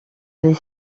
les